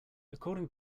according